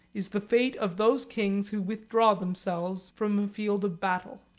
is the fate of those kings who withdraw themselves from a field of battle.